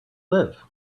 live